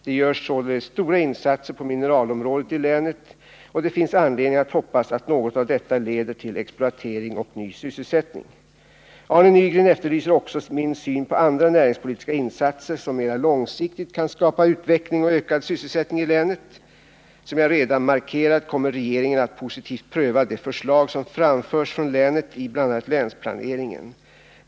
Det görs således stora insatser på mineralområdet i länet, och det finns anledning att hoppas att något av detta leder till exploatering och ny sysselsättning. Arne Nygren efterlyser också min syn på andra näringspolitiska insatser som mer långsiktigt kan skapa utveckling och ökad sysselsättning i länet. Som jag redan markerat kommer regeringen att positivt pröva de förslag som framförs från länet i bl.a. länsplaneringen.